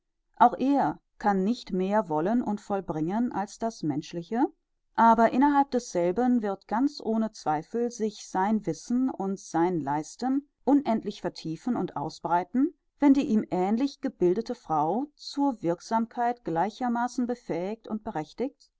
auch er kann nicht mehr wollen und vollbringen als das menschliche aber innerhalb desselben wird ganz ohne zweifel sich sein wissen und sein leisten unendlich vertiefen und ausbreiten wenn die ihm ähnlich gebildete frau zur wirksamkeit gleichermaßen befähigt und berechtigt